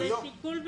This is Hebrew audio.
זה שיקול מיוחד,